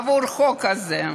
עבור החוק הזה,